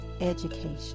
education